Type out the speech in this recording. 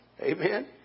Amen